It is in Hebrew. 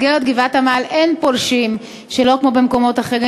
בגבעת-עמל אין פולשים, שלא כמו במקומות אחרים.